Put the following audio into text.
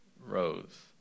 rose